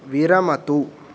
विरमतु